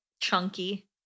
Chunky